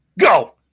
go